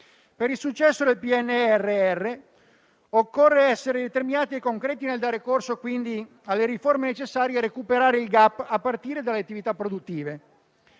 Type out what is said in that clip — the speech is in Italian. e resilienza occorre essere determinati e concreti nel dare corso alle riforme necessarie a recuperare il *gap*, a partire dalle attività produttive.